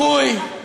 אחוּי,